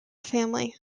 family